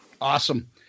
Awesome